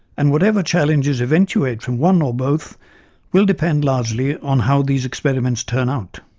and whatever challenges eventuate from one or both will depend largely on how these experiments turn out.